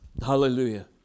Hallelujah